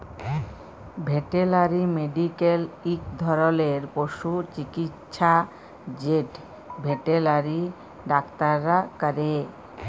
veterinary medical ইক ধরলের পশু চিকিচ্ছা যেট ভেটেলারি ডাক্তাররা ক্যরে